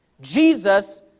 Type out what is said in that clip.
Jesus